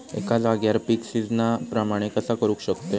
एका जाग्यार पीक सिजना प्रमाणे कसा करुक शकतय?